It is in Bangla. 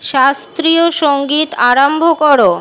শাস্ত্রীয় সঙ্গীত আরম্ভ করো